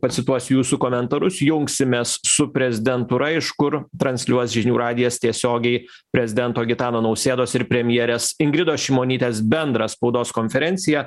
pacituosiu jūsų komentarus jungsimės su prezidentūra iš kur transliuos žinių radijas tiesiogiai prezidento gitano nausėdos ir premjerės ingridos šimonytės bendrą spaudos konferenciją